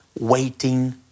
Waiting